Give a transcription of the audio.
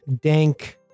dank